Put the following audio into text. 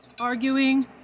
arguing